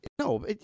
No